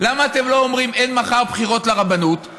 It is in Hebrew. למה אתם לא אומרים: אין מחר בחירות לרבנות,